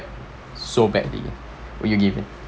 so badly will you give in